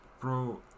bro